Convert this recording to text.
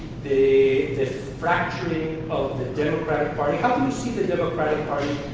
the fracturing of the democratic party? how do you see the democratic party